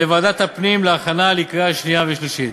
לוועדת הפנים להכנה לקריאה שנייה ושלישית.